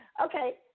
Okay